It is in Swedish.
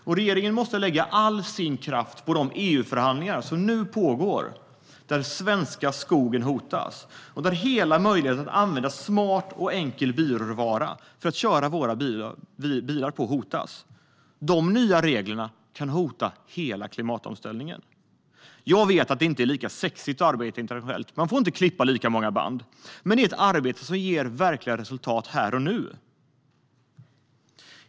Och regeringen måste lägga all sin kraft på de EU-förhandlingar som nu pågår vilka hotar den svenska skogen och möjligheten att använda smart bioråvara att köra våra bilar på. De nya reglerna kan hota hela klimatomställningen. Jag vet att det inte är lika sexigt att arbeta internationellt. Man får inte klippa lika många band. Men det är ett arbete som ger verkliga resultat här och nu.